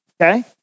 okay